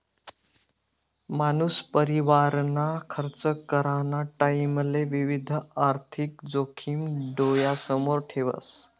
मानूस परिवारना खर्च कराना टाईमले विविध आर्थिक जोखिम डोयासमोर ठेवस